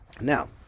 Now